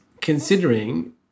considering